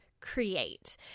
create